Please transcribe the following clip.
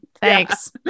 thanks